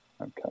Okay